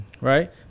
Right